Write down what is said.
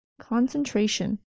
Concentration